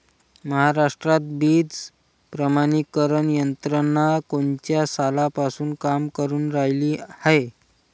महाराष्ट्रात बीज प्रमानीकरण यंत्रना कोनच्या सालापासून काम करुन रायली हाये?